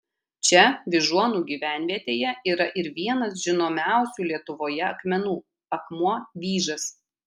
čia vyžuonų gyvenvietėje yra ir vienas žinomiausių lietuvoje akmenų akmuo vyžas